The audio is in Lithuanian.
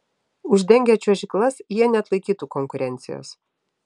uždengę čiuožyklas jie neatlaikytų konkurencijos